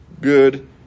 good